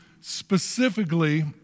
specifically